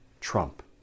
Trump